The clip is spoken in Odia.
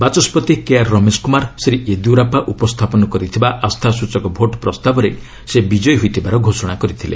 ବାଚସ୍କତି କେ ଆର୍ ରମେଶ କୁମାର ଶ୍ରୀ ୟେଦିୟୁରାସ୍କା ଉପସ୍ଥାପନ କରିଥିବା ଆସ୍ଥାସ୍ଟଚକ ଭୋଟ୍ ପ୍ରସ୍ତାବରେ ସେ ବିଜୟୀ ହୋଇଥିବାର ଘୋଷଣା କରିଥିଲେ